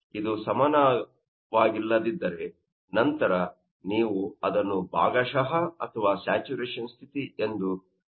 ಇದು ಸಮಾನವಾಗಿಲ್ಲದಿದ್ದರೆನಂತರ ನೀವು ಅದನ್ನು ಭಾಗಶಃ ಅಥವಾ ಸ್ಯಾಚುರೇಶನ್ ಸ್ಥಿತಿ ಎಂದು ಪರಿಗಣಿಸಬೇಕು